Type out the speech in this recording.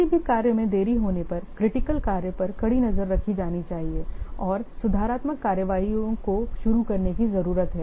किसी भी कार्य में देरी होने पर क्रिटिकल कार्य पर कड़ी नजर रखी जानी चाहिए और सुधारात्मक कार्रवाइयों को शुरू करने की जरूरत है